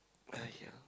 !aiya!